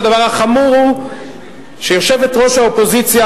הדבר החמור הוא שיושבת-ראש האופוזיציה,